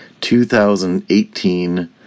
2018